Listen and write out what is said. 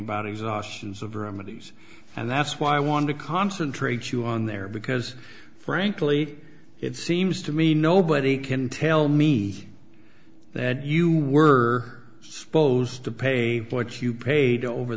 remedies and that's why i want to concentrate you on there because frankly it seems to me nobody can tell me that you were supposed to pay what you paid over